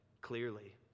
clearly